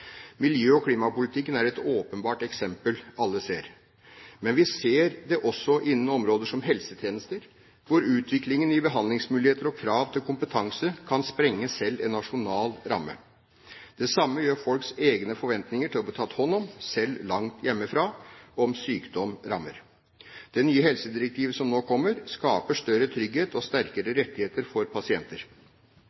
Miljø- og klimapolitikken er et åpenbart eksempel alle ser. Men vi ser det også innen områder som helsetjenester, hvor utviklingen i behandlingsmuligheter og krav til kompetanse kan sprenge selv en nasjonal ramme. Det samme gjør folks egne forventninger til å bli tatt hånd om, selv langt hjemmefra, om sykdom rammer. Det nye helsedirektivet som nå kommer, skaper større trygghet og sterkere